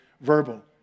verbal